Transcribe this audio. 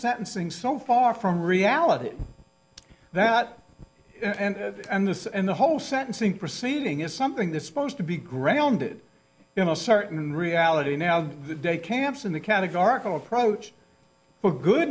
sentencing so far from reality that and this and the whole sentencing proceeding is something this supposed to be grounded in a certain reality now of the day camps and the categorical approach for good